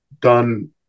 done